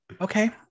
Okay